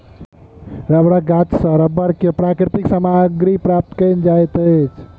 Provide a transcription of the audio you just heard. रबड़क गाछ सॅ रबड़ के प्राकृतिक सामग्री प्राप्त कयल जाइत अछि